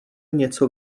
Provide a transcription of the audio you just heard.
něco